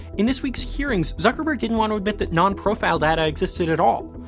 in this week's hearings, zuckerberg didn't want to admit that non-profile data existed at all.